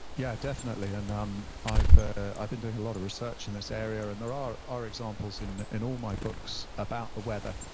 yeah, definitely. and um i've ah i've been doing a lot of research in this area and there are are examples in in all my books about the weather.